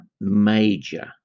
major